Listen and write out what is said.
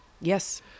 Yes